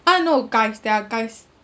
uh no guys they are guys